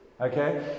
Okay